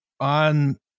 on